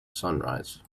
sunrise